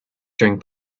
during